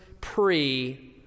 pre-